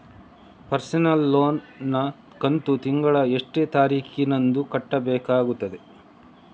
Personal loan ನ ಕಂತು ತಿಂಗಳ ಎಷ್ಟೇ ತಾರೀಕಿನಂದು ಕಟ್ಟಬೇಕಾಗುತ್ತದೆ?